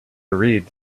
read